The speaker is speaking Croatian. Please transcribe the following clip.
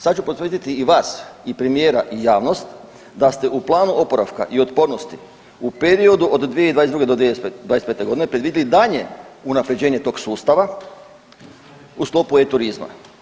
Sad ću potvrditi i vas i premijera i javnost da ste u planu oporavka i otpornosti u periodu od 2022.-2025.g. predvidili daljnje unapređenje tog sustava u sklopu e-turizma.